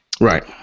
Right